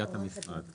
נציגת המשרד.